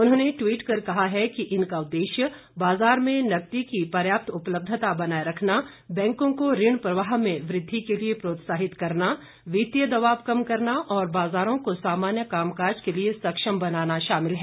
उन्होंने ट्वीट कर कहा है कि इनका उद्देश्य बाजार में नकदी की पर्याप्त उपलब्धता बनाये रखना बैंकों को ऋण प्रवाह में वृद्वि के लिए प्रोत्साहित करना वित्तीय दबाव कम करना और बाजारों को सामान्य कामकाज के लिए सक्षम बनाना शामिल है